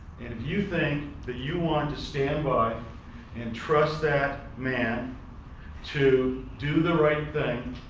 you think that you want to stand by and trust that man to do the right thing,